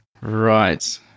Right